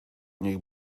niech